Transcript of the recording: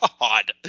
God